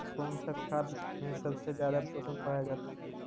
कौन सा खाद मे सबसे ज्यादा पोषण पाया जाता है?